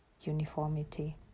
uniformity